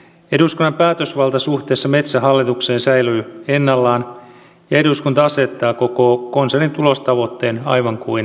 eduskunnan päätösvalta suhteessa metsähallitukseen säilyy ennallaan ja eduskunta asettaa koko konsernin tulostavoitteen aivan kuin tähänkin saakka